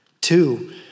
Two